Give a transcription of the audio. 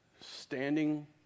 Standing